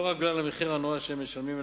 לא רק בגלל המחיר הנורא שהם משלמים,